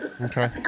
Okay